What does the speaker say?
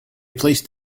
placed